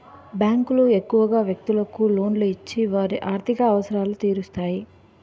బ్యాంకులు ఎక్కువగా వ్యక్తులకు లోన్లు ఇచ్చి వారి ఆర్థిక అవసరాలు తీరుస్తాయి